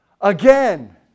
again